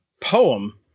poem